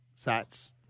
Sats